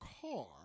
car